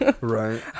Right